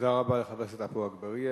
תודה רבה לחבר הכנסת עפו אגבאריה.